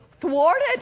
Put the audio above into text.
thwarted